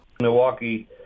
Milwaukee